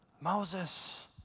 moses